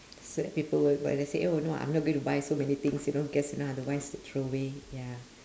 so that people will buy less say oh no I'm not gonna buy so many things you know guess if not otherwise will throw away ya